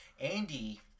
Andy